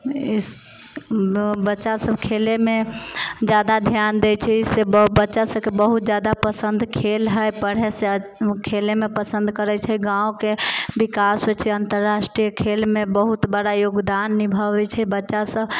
इस बच्चा सब खेलेमे जादा ध्यान दै छै इससे बच्चा सबके बहुत जादा पसंद खेल हइ पढ़यसे खेलयमे पसंद करैत छै गाँवके विकास होइत छै अंतर्रष्ट्रीय खेलमे बहुत बड़ा योगदान निभाबैत छै बच्चा सब